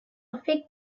thick